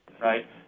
right